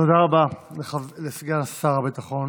תודה רבה לסגן שר הביטחון